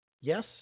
Yes